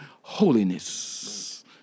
holiness